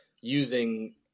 using